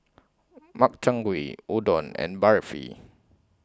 Makchang Gui Udon and Barfi